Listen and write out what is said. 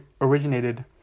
originated